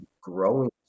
growing